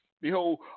Behold